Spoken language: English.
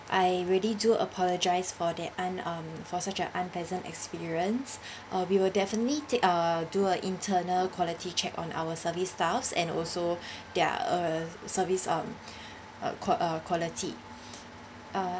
I really do apologise for that un~ um for such a unpleasant experience uh we will definitely uh do a internal quality check on our service styles and also their uh service um quality uh